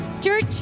Church